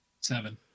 seven